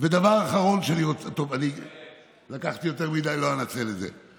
דבר אחרון, אני לקחתי יותר מדי ולא אנצל את זה.